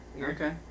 Okay